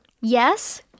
yes